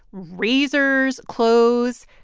razors, clothes.